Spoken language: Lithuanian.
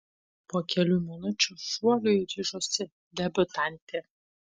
po kelių minučių šuoliui ryžosi debiutantė